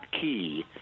Key